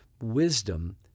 wisdom